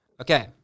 Okay